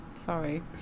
sorry